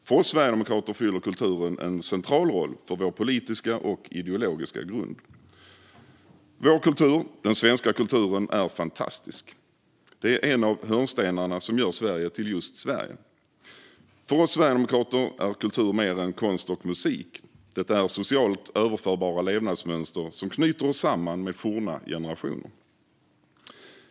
För oss sverigedemokrater fyller kulturen en central roll för vår politiska och ideologiska grund. Vår kultur, den svenska kulturen, är fantastisk - detta är en av hörnstenarna som gör Sverige till just Sverige. För oss sverigedemokrater är kultur mer än konst och musik; det är socialt överförbara levnadsmönster som knyter oss samman med forna generationer.